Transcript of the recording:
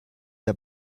der